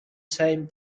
same